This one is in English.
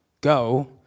Go